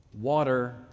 Water